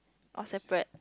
or separate